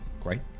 great